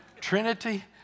Trinity